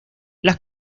las